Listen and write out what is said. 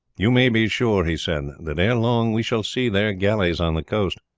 you may be sure, he said, that ere long we shall see their galleys on the coast.